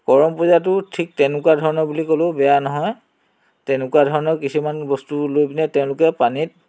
কৰম পূজাটোও ঠিক তেনেকুৱা ধৰণৰ বুলি ক'লেও বেয়া নহয় তেনেকুৱা ধৰণৰ কিছুমান বস্তু লৈ পিনে তেওঁলোকে পানীত